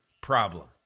problem